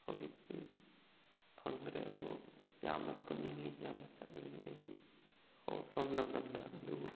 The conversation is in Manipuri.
ꯍꯧꯖꯤꯛꯇꯤ ꯐꯪꯗ꯭ꯔꯦ ꯑꯗꯣ ꯌꯥꯝꯅ ꯄꯨꯟꯅꯤꯡꯉꯤ ꯌꯥꯝꯅ ꯆꯠꯅꯤꯡꯉꯤ ꯑꯩ ꯍꯧꯔꯛꯐꯝ ꯂꯝꯗꯝꯗ ꯑꯗꯨ